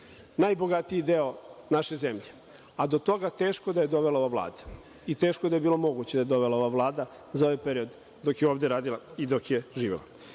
Najbogatiji deo naše zemlje, a do toga teško je da je dovela ova Vlada i teško da je bilo moguće da je dovela ova Vlada za ovaj period dok je ovde radila i dok je živela.